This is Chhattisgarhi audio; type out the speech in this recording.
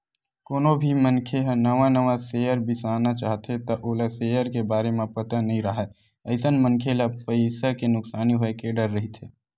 कोनो भी मनखे ह नवा नवा सेयर बिसाना चाहथे त ओला सेयर के बारे म पता नइ राहय अइसन मनखे ल पइसा के नुकसानी होय के डर रहिथे